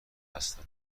هستم